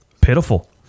pitiful